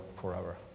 forever